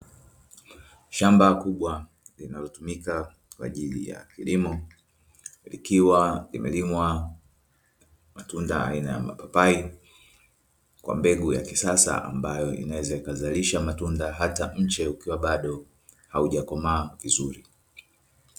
Shamba kubwa linalotumika kwa ajili ya kilimo likiwa limelimwa matunda aina ya mapapai kwa mbegu ya kisasa ambayo inaweza ikazalisha matunda hata mche ukiwa bado haujakomaa vizuri